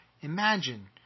imagine